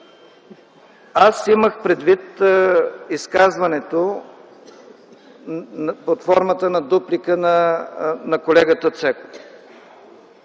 аз имах предвид изказването под формата на дуплика на колегата Цеков.